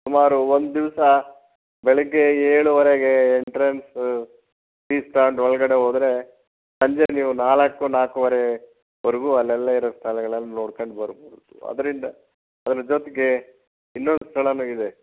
ಸುಮಾರು ಒಂದು ದಿವಸ ಬೆಳಗ್ಗೆ ಏಳುವರೆಗೆ ಎಂಟ್ರೆನ್ಸ್ ಫೀಸ್ ತಗೊಂಡು ಒಳಗಡೆ ಹೋದರೆ ಸಂಜೆ ನೀವು ನಾಲ್ಕು ನಾಲ್ಕುವರೆವರೆಗೂ ಅಲ್ಲೆಲ್ಲ ಇರೋ ಸ್ಥಳಗಳನ್ನು ನೋಡಿಕೊಂಡು ಬರ್ಬೌದು ಅದರಿಂದ ಅದರ ಜೊತೆಗೆ ಇನ್ನೊಂದು ಸ್ಥಳಾನು ಇದೆ